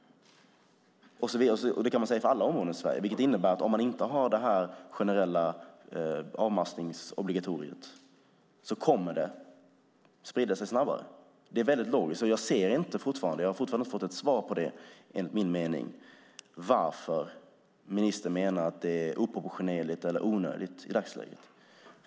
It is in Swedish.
Det kan man säga i fråga om alla områden i Sverige. Det innebär att om man inte har detta generella avmaskningsobligatorium kommer smittan att sprida sig snabbare. Det är logiskt. Enligt min mening har jag fortfarande inte fått svar på varför ministern menar att detta är oproportionerligt eller onödigt i dagsläget.